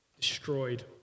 destroyed